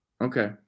Okay